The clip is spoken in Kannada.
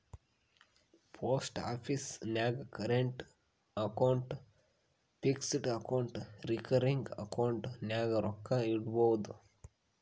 ಪೋಸ್ಟ್ ಆಫೀಸ್ ನಾಗ್ current account, fixed account, recurring account ನಾಗ್ ರೊಕ್ಕಾ ಇಡ್ಬೋದ್